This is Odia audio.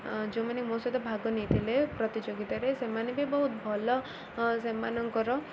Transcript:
ଯୋଉମାନେ ମୋ ସହିତ ଭାଗ ନେଇଥିଲେ ପ୍ରତିଯୋଗୀତା'ରେ ସେମାନେ ବି ବହୁତ ଭଲ ସେମାନଙ୍କର